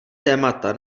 témata